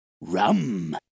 Rum